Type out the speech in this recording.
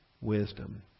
wisdom